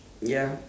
ya